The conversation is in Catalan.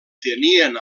tenien